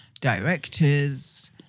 directors